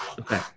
Okay